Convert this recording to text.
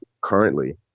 currently